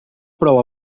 prou